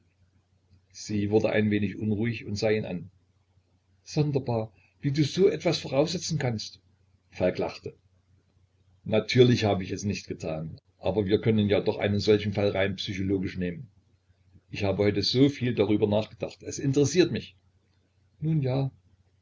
sie wurde ein wenig unruhig und sah ihn an sonderbar wie du so etwas voraussetzen kannst falk lachte natürlich hab ich es nicht getan aber wir können ja doch einen solchen fall rein psychologisch nehmen ich habe heute so viel darüber nachgedacht es interessiert mich nun ja